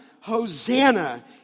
Hosanna